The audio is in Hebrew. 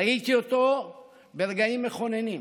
ראיתי אותו ברגעים מכוננים,